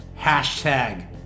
hashtag